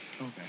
Okay